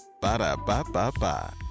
Ba-da-ba-ba-ba